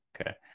okay